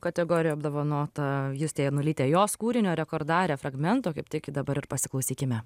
kategorijoj apdovanota justė janulytė jos kūrinio rekordare fragmento kaip tik dabar ir pasiklausykime